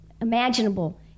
imaginable